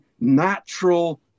natural